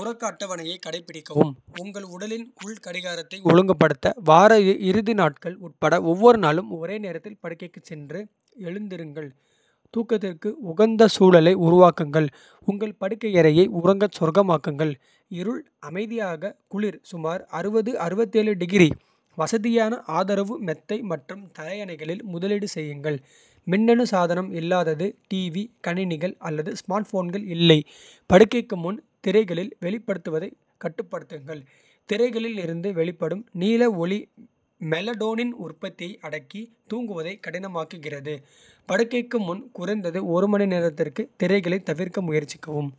உறக்க. அட்டவணையை கடைபிடிக்கவும் உங்கள் உடலின். உள் கடிகாரத்தை ஒழுங்குபடுத்த வார இறுதி நாட்கள் உட்பட. ஒவ்வொரு நாளும் ஒரே நேரத்தில் படுக்கைக்குச். சென்று எழுந்திருங்கள் தூக்கத்திற்கு உகந்த. சூழலை உருவாக்குங்கள் உங்கள் படுக்கையறையை. உறங்கச் சொர்க்கமாக்குங்கள் இருள் அமைதியாக. குளிர் சுமார் வசதியானது ஆதரவு மெத்தை. மற்றும் தலையணைகளில் முதலீடு செய்யுங்கள். மின்னணு சாதனம் இல்லாதது டிவி கணினிகள். அல்லது ஸ்மார்ட்போன்கள் இல்லை படுக்கைக்கு முன் திரைகளில். வெளிப்படுவதைக் கட்டுப்படுத்துங்கள் திரைகளில். இருந்து வெளிப்படும் நீல ஒளி மெலடோனின் உற்பத்தியை. அடக்கி தூங்குவதை கடினமாக்குகிறது படுக்கைக்கு முன். குறைந்தது ஒரு மணி நேரத்திற்கு திரைகளைத் தவிர்க்க முயற்சிக்கவும்.